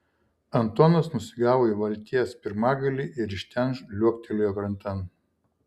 antonas nusigavo į valties pirmgalį ir iš ten liuoktelėjo krantan